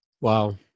Wow